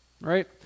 Right